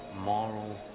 moral